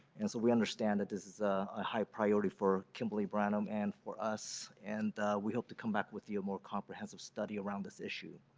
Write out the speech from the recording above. and so we understand that this is a high priority for kimberly branam and for us. and we hope to come back with more comprehensive study around this issue.